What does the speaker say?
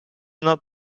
not